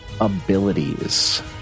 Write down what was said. abilities